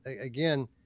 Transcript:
again